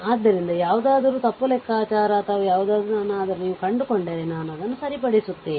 ಆದ್ದರಿಂದ ಯಾವುದಾದರೂ ತಪ್ಪು ಲೆಕ್ಕಾಚಾರ ಅಥವಾ ಯಾವುದನ್ನಾದರೂ ನೀವು ಕಂಡುಕೊಂಡರೆ ನಾನು ಅದನ್ನು ಸರಿಪಡಿಸುತ್ತೇನೆ